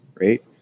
right